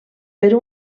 per